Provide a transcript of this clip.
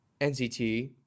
NCT